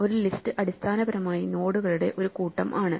ഒരു ലിസ്റ്റ് അടിസ്ഥാനപരമായി നോഡുകളുടെ ഒരു കൂട്ടം ആണ്